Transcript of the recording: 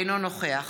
אינו נוכח